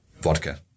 vodka